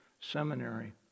Seminary